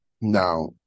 Now